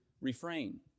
refrain